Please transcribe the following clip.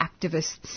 activists